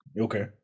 okay